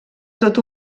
tot